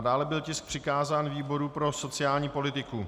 Dále byl tisk přikázán výboru pro sociální politiku.